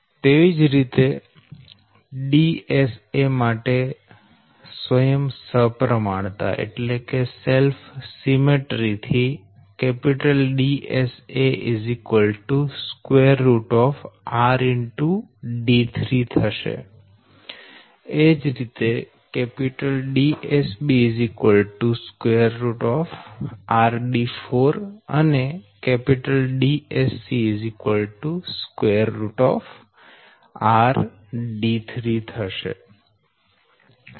તેવી જ રીતે Dsa માટે સ્વયં સપ્રમાણતા થી Dsa 12 થશે એ જ રીતે Dsb 12 અને Dsc 12 થશે